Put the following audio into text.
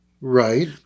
Right